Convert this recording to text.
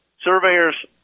Surveyors